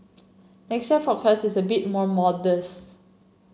next year forecast is a bit more modest